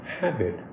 habit